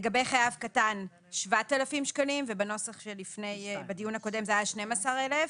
לגבי חייב קטן 7,000 שקלים כאשר בנוסח הקודם הסכום היה 12,000 שקלים.